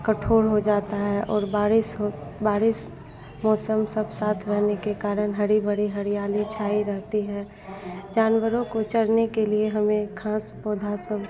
कठोर हो जाता है और बारिश हो बारिश मौसम सब साथ रहने के कारण हरी भरी हरियाली छाई रहती है जानवरों को चरने के लिए हमें घाँस पौधे सब